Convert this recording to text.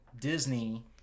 Disney